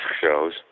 shows